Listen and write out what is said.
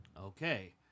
okay